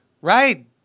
right